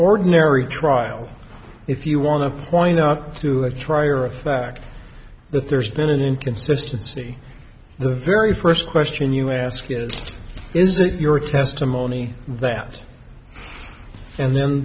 ordinary trial if you want to point out to a trial you are a fact that there's been an inconsistency the very first question you ask is is it your testimony that and then